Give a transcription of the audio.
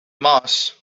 mars